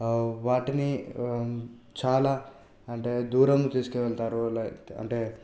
వాటిని చాలా అంటే దూరం తీసుకువెళ్తారు లైక్ అంటే